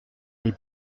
les